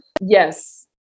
Yes